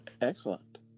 Excellent